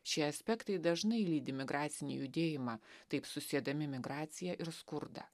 šie aspektai dažnai lydi migracinį judėjimą taip susiedami migraciją ir skurdą